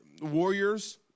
warriors